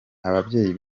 ababyeyi